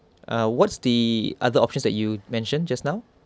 uh what's the other options that you mentioned just now